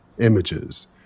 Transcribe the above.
images